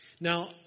Now